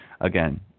again